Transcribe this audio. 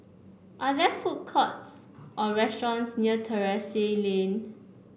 are there food courts or restaurants near Terrasse Lane